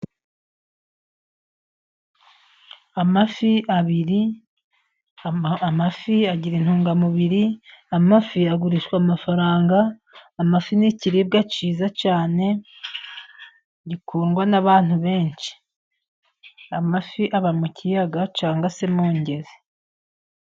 Amafi abiri, amafi agira intungamubiri, amafi agurishwa amafaranga, amafi ni kiriribwa cyiza cyane gikundwa n'abantu benshi. Amafi aba mu kiyaga cyangwa se mu ngezi.